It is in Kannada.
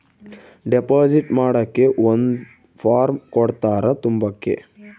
ಡೆಪಾಸಿಟ್ ಮಾಡಕ್ಕೆ ಒಂದ್ ಫಾರ್ಮ್ ಕೊಡ್ತಾರ ತುಂಬಕ್ಕೆ